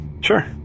Sure